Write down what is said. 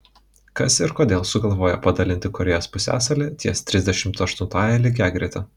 kas ir kodėl sugalvojo padalinti korėjos pusiasalį ties trisdešimt aštuntąja lygiagrete